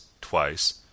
twice